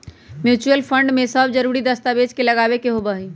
mutual fund में सब जरूरी दस्तावेज लगावे के होबा हई